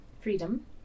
Freedom